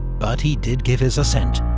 but he did give his assent,